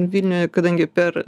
vilniuje kadangi per